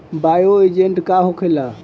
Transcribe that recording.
Bio agent का होखेला?